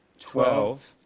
twelve,